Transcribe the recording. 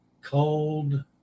Cold